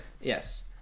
Yes